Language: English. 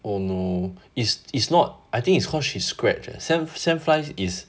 oh no it's it's not I think it's cause she scratches eh sa~ sand flies is